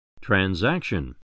Transaction